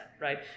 right